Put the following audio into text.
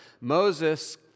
Moses